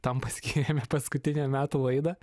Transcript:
tam paskyrėme paskutinę metų laidą